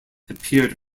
appeared